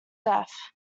death